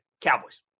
Cowboys